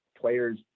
players